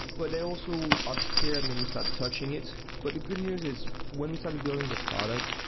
but they also are scared when you start touching it but the good news is when we started building the product,